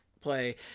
play